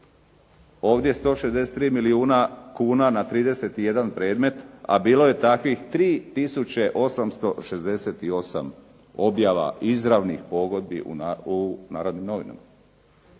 Ovdje 163 milijuna kuna na 31 predmet, a bilo je takvih 3 tisuće 868 objava, izravnih pogodbi u "Narodnim novinama".